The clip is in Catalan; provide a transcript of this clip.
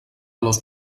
los